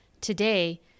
Today